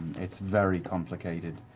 it's very complicated.